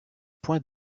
points